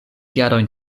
jarojn